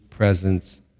presence